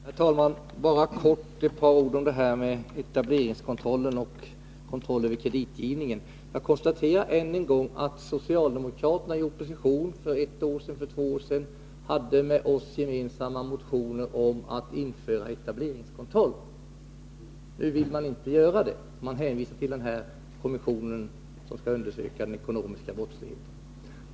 Herr talman! Bara ett par ord om etableringskontrollen och kontrollen över kreditgivningen. Jag konstaterar än en gång att socialdemokraterna i opposition, för ett år sedan och för två år sedan, hade med oss gemensamma motioner om att införa etableringskontroll. Nu vill man inte göra det, och man hänvisar till den här kommissionen, som skall undesöka den ekonomiska brottsligheten.